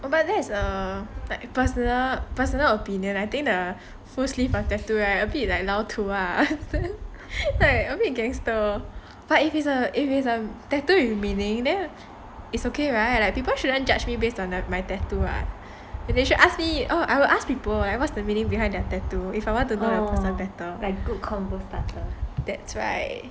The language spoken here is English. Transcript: but thats a like personal personal opinion I think the full sleeve of tattoo right a bit like 老土 like a bit gangster but if it's if it's a tattoo with meaning then it's okay right like people shouldn't judge me based on my tattoo right what and they should ask me or I will ask people like what's the meaning behind their tattoo if I want to know the person better that's right